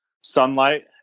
sunlight